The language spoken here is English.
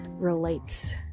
relates